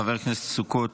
חבר הכנסת סוכות,